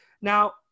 Now